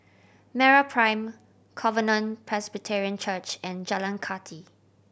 MeraPrime Covenant Presbyterian Church and Jalan Kathi